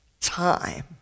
time